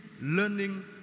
learning